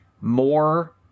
more